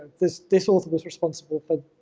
this this author was responsible for,